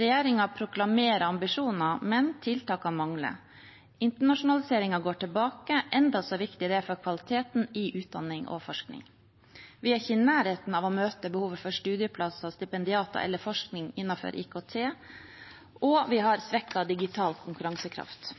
Regjeringen proklamerer ambisjoner, men tiltakene mangler. Internasjonaliseringen går tilbake, enda så viktig det er for kvaliteten i utdanning og forskning. Vi er ikke i nærheten av å møte behovet for studieplasser, stipendiater eller forskning innenfor IKT, og vi har svekket digital konkurransekraft.